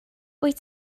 wyt